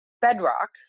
bedrock